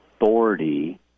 authority